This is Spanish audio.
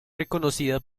reconocida